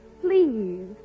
Please